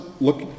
look